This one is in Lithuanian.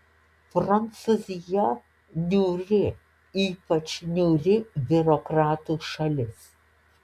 prancūzija niūri ypač niūri biurokratų šalis